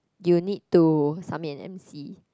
you need to submit an m_c